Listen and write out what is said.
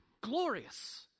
glorious